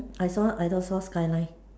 I saw I don't saw skyline